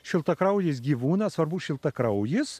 šiltakraujis gyvūnas svarbu šiltakraujis